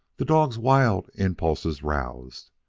the dogs' wild impulses roused.